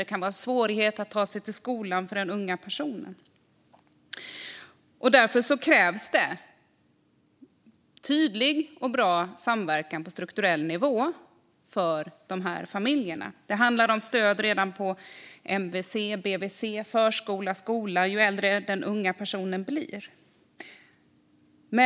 Det kan vara svårigheter att ta sig till skolan för en ung person. Därför krävs tydlig och bra samverkan på strukturell nivå för dessa familjer. Det handlar om stöd redan på MVC, BVC, förskola och sedan skola allteftersom den unga personen blir äldre.